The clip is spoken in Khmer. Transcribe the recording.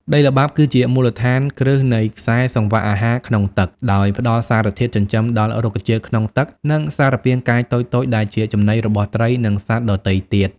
ដីល្បាប់គឺជាមូលដ្ឋានគ្រឹះនៃខ្សែសង្វាក់អាហារក្នុងទឹក ដោយផ្តល់សារធាតុចិញ្ចឹមដល់រុក្ខជាតិក្នុងទឹក និងសារពាង្គកាយតូចៗ ដែលជាចំណីរបស់ត្រី និងសត្វដទៃទៀត។